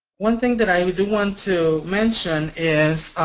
one thing that i do want to mention is